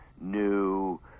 new